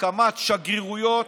הקמת שגרירויות